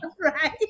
right